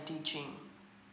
teaching